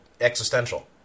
existential